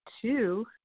two